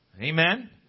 Amen